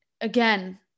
again